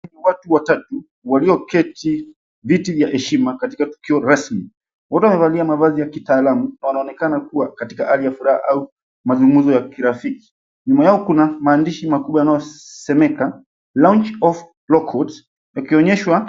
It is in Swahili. Watu watatu walioketi viti vya heshima katika tukio rasmi. Wote wamevalia mavazi ya kitaalamu na wanaonekana kuwa katika hali ya furaha au mazungumzo ya kirafiki. Nyuma yao kuna maandishi makubwa yanayosomeka, Launch of Local Court ikionyeshwa...